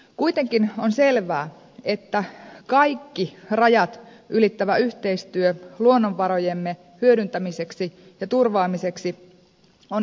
kuitenkin on selvää että kaikki rajat ylittävä yhteistyö luonnonvarojemme hyödyntämiseksi ja turvaamiseksi on elintärkeää